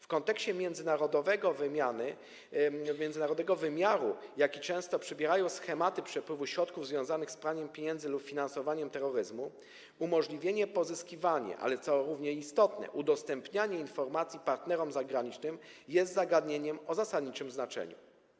W kontekście międzynarodowego wymiaru, jaki często przybierają schematy przepływu środków związanych z praniem pieniędzy lub finansowaniem terroryzmu, umożliwienie pozyskiwania, ale też - co równie istotne - udostępniania informacji partnerom zagranicznym jest zagadnieniem o zasadniczym znaczeniu.